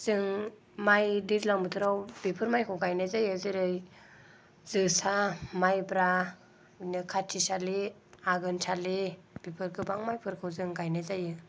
जों माइ दैज्लां बोथोराव बेफोर माइखौ गायनाय जायो जेरै जोसा माइब्रा नोखाथिसालि आगोनसालि बिफोर गोबां माइफोरखौ जों गायनाय जायो